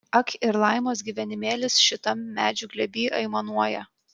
ak ir laimos gyvenimėlis šitam medžių glėby aimanuoja